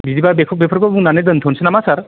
बिदिबा बेखौ बेफोरखौ बुंनानै दोनथ'सै नामा सार